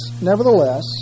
nevertheless